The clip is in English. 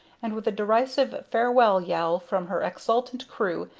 and, with a derisive farewell yell from her exultant crew,